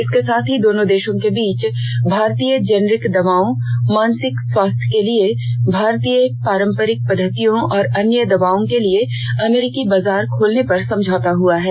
इसके साथ ही दोनों देषों के बीच भारतीय जेनरिक दवाओं मानसिक स्वास्थ्य के लिए भारतीय पारंपरिक पद्वतियों और अन्य दवाओं के लिए अमेरिकी बाजार खोलने पर समझौता हुआ है